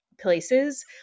places